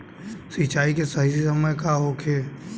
सिंचाई के सही समय का होखे?